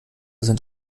sind